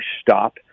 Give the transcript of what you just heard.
stop